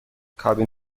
کابین